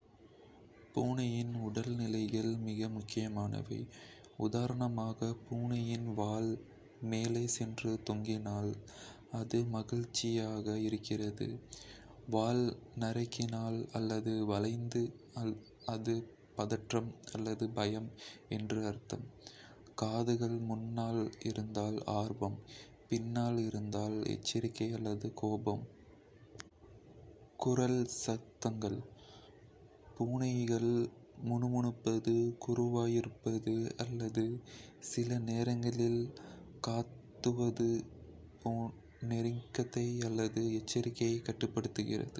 பூனையின் உடல் நிலைகள் மிக முக்கியமானவை. உதாரணமாக, பூனையின் வால் மேலே சென்று தொங்கினால் அது மகிழ்ச்சியாக இருக்கிறது. வால் நரைக்கினால் அல்லது வளைந்து, அது பதற்றம் அல்லது பயம் என்று அர்த்தம். காதுகள் முன்னால் இருந்தால் ஆர்வம், பின்னால் திரும்பினால் எச்சரிக்கை அல்லது கோபம். சத்தங்கள் மியாவ்: பூனைகள் பொதுவாக மனிதர்களுடன் பேச இதை பயன்படுத்தினாலும், மற்ற பூனைகளுடனும் இதை சில சமயங்களில் பயன்படுத்துகின்றன.